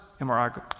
MRI